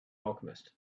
alchemist